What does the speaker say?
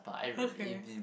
okay